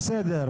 בסדר,